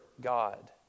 God